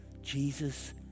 Jesus